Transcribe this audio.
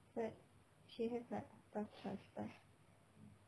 but she has like pass pass pass